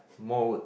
mold